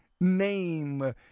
name